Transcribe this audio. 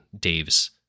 Dave's